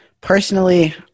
personally